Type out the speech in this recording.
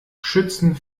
schützen